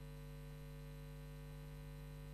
חוק ומשפט להכנה לקריאה השנייה ולקריאה השלישית.